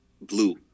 blue